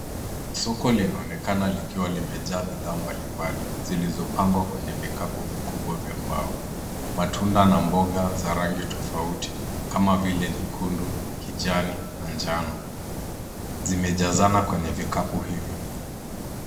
Soko linaonekana likiwa limejaa bidhaa mbali mbali zilizopangwa kwenye vikapu vikubwa vya mbao. Matunda na mboga za rangi tofauti, kama vile nyekundu, kijani na njano. Zimejazana kwenye vikapu hivyo.